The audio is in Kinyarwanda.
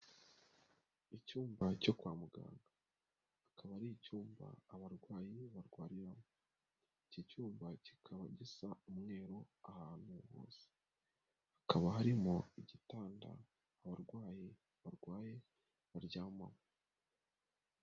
Icyumba cyo kwa muganga, akaba ari icyumba abarwayi barwariramo. Iki cyumba kikaba gisa umweru, ahantu hose hakaba harimo igitanda, abarwayi barwaye baryamamo.